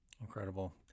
Incredible